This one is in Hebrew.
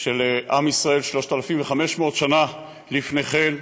של עם ישראל 3,500 שנה לפני כן,